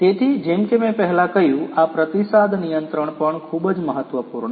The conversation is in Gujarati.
તેથી જેમ કે મેં પહેલા કહ્યું આ પ્રતિસાદ નિયંત્રણ પણ ખૂબ જ મહત્વપૂર્ણ છે